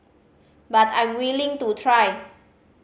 but I'm willing to try